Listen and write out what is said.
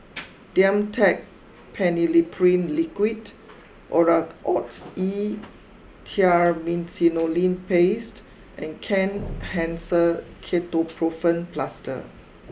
Dimetapp Phenylephrine Liquid Oracort E Triamcinolone Paste and Kenhancer Ketoprofen Plaster